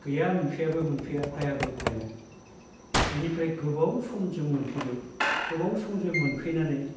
गैया मोनफैयाबो मोनफैया फाययाबो फायया बिनिफ्राय गोबाव समजों मोनफैबाय गोबाव समजों मोनफैनानै